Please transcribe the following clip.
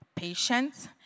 patient